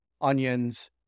onions